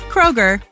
Kroger